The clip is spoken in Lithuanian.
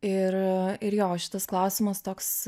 ir ir jo šitas klausimas toks